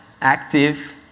active